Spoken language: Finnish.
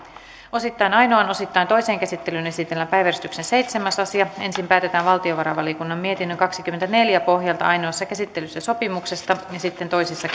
osittain ainoaan osittain toiseen käsittelyyn esitellään päiväjärjestyksen seitsemäs asia ensin päätetään valtiovarainvaliokunnan mietinnön kaksikymmentäneljä pohjalta ainoassa käsittelyssä sopimuksesta ja sitten toisessa